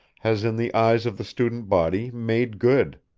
has in the eyes of the student body made good.